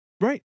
right